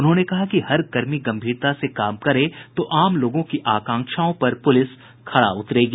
उन्होंने कहा कि हर कर्मी गंभीरता से काम करे तो आम लोगों की आकांक्षाओं पर पुलिस खरा उतरेगी